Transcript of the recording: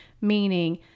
Meaning